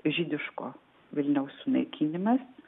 žydiško vilniaus sunaikinimas